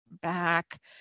back